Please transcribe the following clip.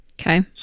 Okay